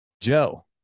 Joe